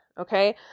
okay